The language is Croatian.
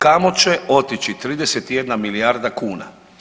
Kamo će otići 31 milijarda kuna?